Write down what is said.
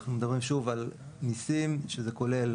אנחנו מדברים על מיסים שזה כולל,